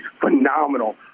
phenomenal